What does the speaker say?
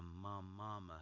mama